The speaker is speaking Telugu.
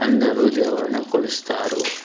అందరూ దేవులను కొలుస్తారు